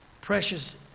precious